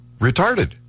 retarded